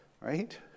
right